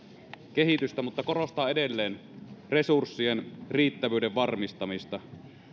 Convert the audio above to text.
kehitystä mutta korostaa edelleen resurssien riittävyyden varmistamista